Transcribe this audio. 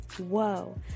whoa